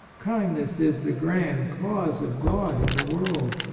kindness is the grand cause of god in the world.